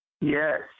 Yes